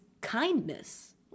kindness